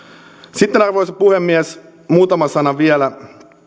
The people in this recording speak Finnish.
arvoisa puhemies muutama sana vielä